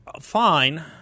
fine